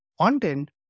content